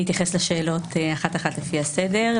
אני אתייחס לשאלות אחת-אחת, לפי הסדר.